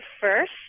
first